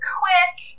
quick